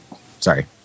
Sorry